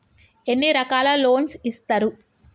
ఎన్ని రకాల లోన్స్ ఇస్తరు?